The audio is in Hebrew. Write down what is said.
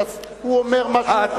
הוא אומר מה שהוא חושב.